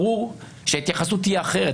ברור שההתייחסות תהיה אחרת.